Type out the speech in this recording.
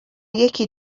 یکی